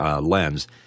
lens